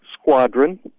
Squadron